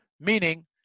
Meaning